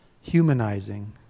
humanizing